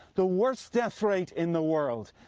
the worst death rate in the world.